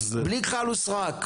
בלי כחל וסרק,